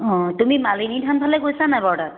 অঁ তুমি মালিনী থান ফালে গৈছা নে নাই বাৰু তাত